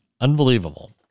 Unbelievable